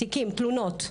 תיקים, תלונות.